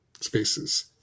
spaces